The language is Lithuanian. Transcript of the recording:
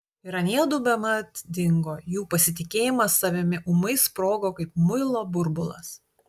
ir aniedu bemat dingo jų pasitikėjimas savimi ūmai sprogo kaip muilo burbulas